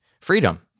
freedom